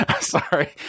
Sorry